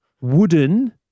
wooden